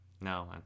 No